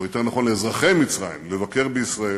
או יותר נכון לאזרחי מצרים, לבקר בישראל,